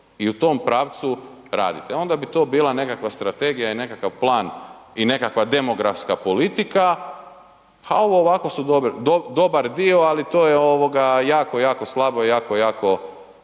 I u tom pravcu raditi. E onda bi to bila nekakva strategija i nekakav plan i nekakva demografska politika, ha ovo ovako su dobar dio, ali to je jako, jako slabo i jako, jako